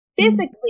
Physically